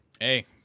Hey